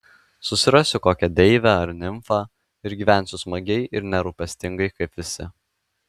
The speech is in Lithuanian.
susirasiu kokią deivę ar nimfą ir gyvensiu smagiai ir nerūpestingai kaip visi